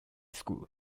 school